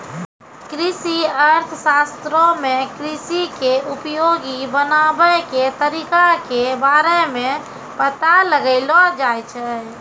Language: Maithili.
कृषि अर्थशास्त्रो मे कृषि के उपयोगी बनाबै के तरिका के बारे मे पता लगैलो जाय छै